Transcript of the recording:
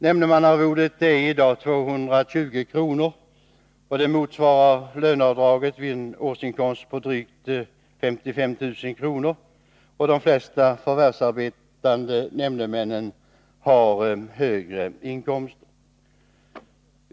Nämndemannaarvodet är i dag 220 kr., och det motsvarar löneavdraget vid en årsinkomst på drygt 55 000 kr. De flesta förvärvsarbetande nämndemännen har högre inkomster.